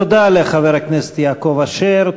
תודה לחבר הכנסת יעקב אשר.